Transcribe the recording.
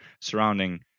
surrounding